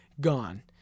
gone